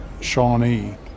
Shawnee